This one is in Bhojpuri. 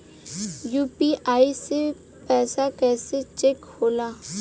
यू.पी.आई से पैसा कैसे चेक होला?